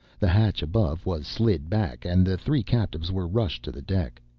the hatch above was slid back and the three captives were rushed the deck.